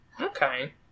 Okay